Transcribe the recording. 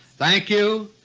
thank you,